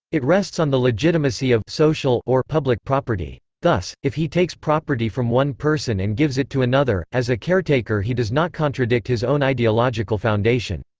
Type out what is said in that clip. it rests on the legitimacy of social or public property. thus, if he takes property from one person and gives it to another, as a caretaker he does not contradict his own ideological foundation.